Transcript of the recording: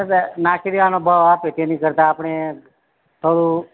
હવે નાખી દેવાનો ભાવ આપે તેની કરતાં આપણે થવું